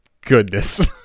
goodness